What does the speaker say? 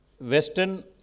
Western